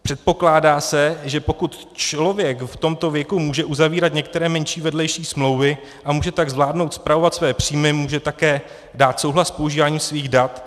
Předpokládá se, že člověk v tomto věku může uzavírat některé menší vedlejší smlouvy a může tak zvládnout spravovat své příjmy, může také dát souhlas k používání svých dat.